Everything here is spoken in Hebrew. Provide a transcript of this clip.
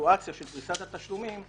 בסיטואציה של פריסת התשלומים,